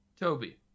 Toby